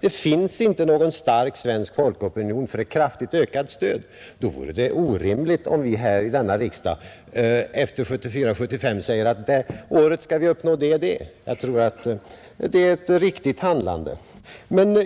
det inte finns någon stark svensk folkopinion för ett kraftigt ökat stöd. Då vore det orimligt om vi här i riksdagen säger att det och det året efter 1974/75 skall vi uppnå det och det. Jag tror att det är ett riktigt handlande att följa reservanternas förslag.